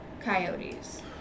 coyotes